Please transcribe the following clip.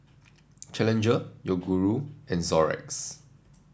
Challenger Yoguru and Xorex